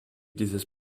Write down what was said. dieses